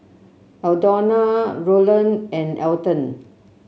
Aldona Rolland and Elton